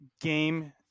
game